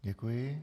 Děkuji.